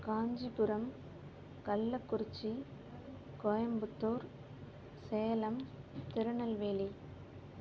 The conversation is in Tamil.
காஞ்சிபுரம் கள்ளக்குறிச்சி கோயம்புத்தூர் சேலம் திருநெல்வேலி